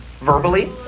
verbally